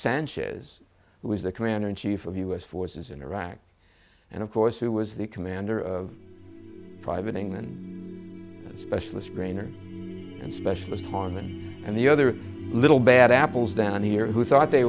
sanchez who was the commander in chief of u s forces in iraq and of course who was the commander of private england specialist graner and specialist harman and the other little bad apples down here who thought they